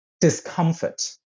discomfort